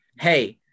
Hey